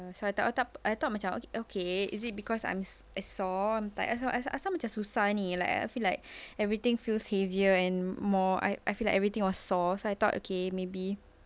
so I thought I thought macam okay okay is it because I'm sore asal asal macam susah ini I feel like everything feels heavier and more I I feel like everything was sore I thought okay maybe